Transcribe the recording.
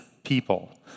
people